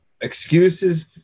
Excuses